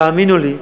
תאמינו לי,